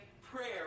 prayer